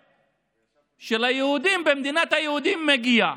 שחושבת שליהודים במדינת היהודים מגיע,